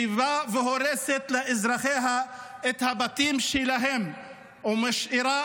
שבאה והורסת לאזרחיה את הבתים שלהם ומשאירה